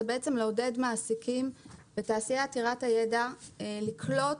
בעצם לעודד מעסיקים בתעשייה עתירת הידע לקלוט